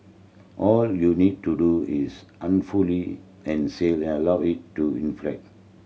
all you need to do is an fully an sail allow it to in flat